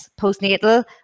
postnatal